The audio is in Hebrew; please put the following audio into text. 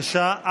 בשעה